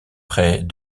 près